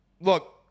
Look